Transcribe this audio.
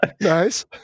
nice